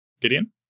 Gideon